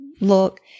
look